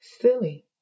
silly